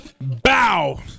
Bow